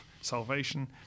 salvation